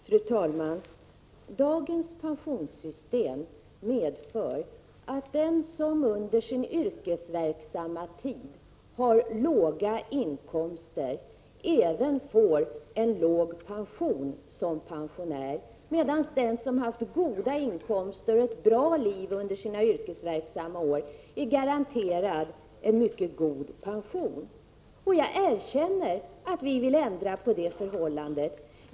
Fru talman! Dagens pensionssystem medför att den som under sin yrkesverksamma tid har låga inkomster som pensionär får en låg pension, medan den som haft goda inkomster och ett bra liv under sina yrkesverksamma år är garanterad en mycket god pension. Jag erkänner att vi vill ändra på det förhållandet.